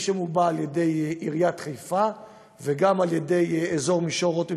שמובע על ידי עיריית חיפה וגם על ידי אזור מישור רותם,